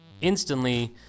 instantly